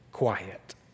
Quiet